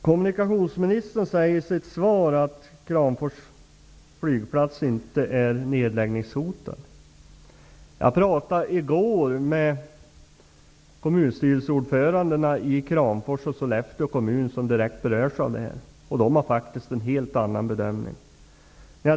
Kommunikationsministern säger i sitt svar att Kramfors flygplats inte är nedläggningshotad. Jag pratade i går med kommunstyrelseordförandena i Kramfors och Sollefteå kommun, som direkt berörs av det här, och de gör faktiskt en helt annan bedömning.